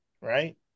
right